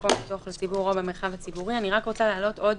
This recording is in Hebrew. במקום הפתוח לציבור או במרחב הציבורי." אני רוצה להעלות עוד